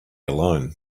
alone